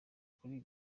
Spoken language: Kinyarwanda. kuri